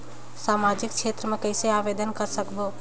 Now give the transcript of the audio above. समाजिक क्षेत्र मे कइसे आवेदन कर सकबो?